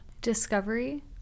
discovery